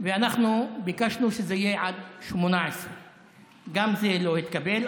ואנחנו ביקשנו שזה יהיה עד 18. גם זה לא התקבל.